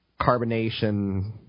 carbonation